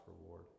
reward